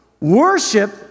Worship